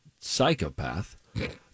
psychopath